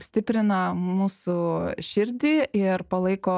stiprina mūsų širdį ir palaiko